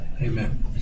Amen